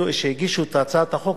שהגישו את הצעת החוק,